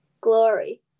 Glory